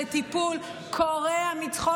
קורע מצחוק,